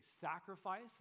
sacrifice